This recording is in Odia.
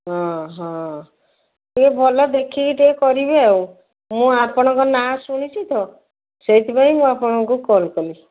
ହଁ ହଁ ଟିକେ ଭଲ ଦେଖିକି ଟିକେ କରିବେ ଆଉ ମୁଁ ଆପଣଙ୍କ ନା ଶୁଣିଛି ତ ସେଇଥିପାଇଁ ମୁଁ ଆପଣଙ୍କୁ କଲ୍ କଲି